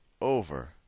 over